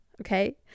okay